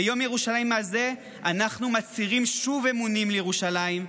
ביום ירושלים הזה אנחנו מצהירים שוב אמונים לירושלים,